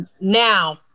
Now